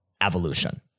evolution